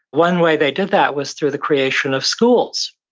one way they did that was through the creation of schools,